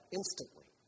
instantly